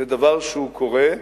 זה דבר שקורה,